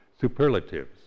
superlatives